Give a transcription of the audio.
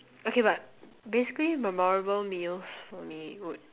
okay but basically memorable meal for me would